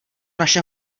naše